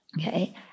Okay